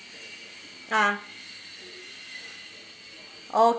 ah